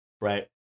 Right